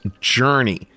Journey